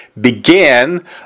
began